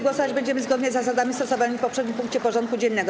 Głosować będziemy zgodnie z zasadami stosowanymi w poprzednim punkcie porządku dziennego.